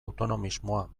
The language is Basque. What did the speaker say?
autonomismoa